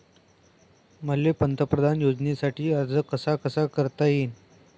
मले पंतप्रधान योजनेसाठी अर्ज कसा कसा करता येईन?